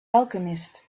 alchemist